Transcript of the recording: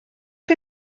chi